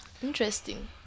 Interesting